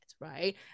right